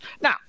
Now